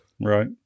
Right